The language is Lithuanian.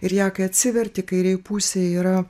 ir ją kai atsiverti kairėj pusėj yra